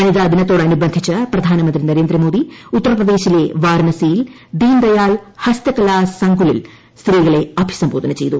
വനിതാദിനത്തോടനുബന്ധിച്ച് പ്രധാനമന്ത്രി നരേന്ദ്രമോദി ഉത്തർപ്രദേശിലെ വരണാസിയിൽ ദീൻദയാൽ ഹസ്തകലാ സങ്കുലിൽ സ്ത്രീകളെ അഭിസംബോധന ചെയ്തു